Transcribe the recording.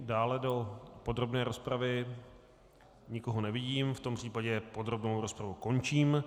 Dále do podrobné rozpravy nikoho nevidím, v tom případě podrobnou rozpravu končím.